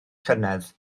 llynedd